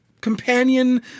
companion